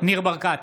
ניר ברקת,